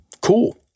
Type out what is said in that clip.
Cool